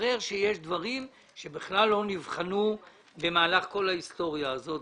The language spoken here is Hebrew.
מתברר שיש דברים שבכלל לא נבחנו במהלך כל ההיסטוריה הזאת.